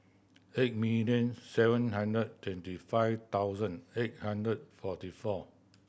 eight million seven hundred twenty five thousand eight hundred forty four